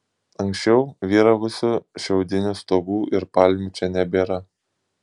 anksčiau vyravusių šiaudinių stogų ir palmių čia nebėra